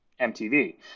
MTV